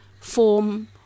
form